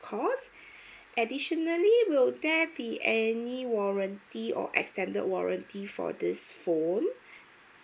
cost additionally will there be any warranty or extended warranty for this phone